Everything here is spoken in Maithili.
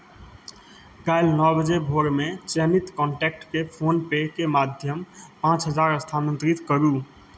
काल्हि नओ बजे भोरमे चयनित कॉन्टैक्टकेँ फोन पे के माध्यम पाँच हजार स्थानान्तरित करू